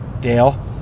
Dale